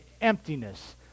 emptiness